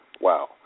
Wow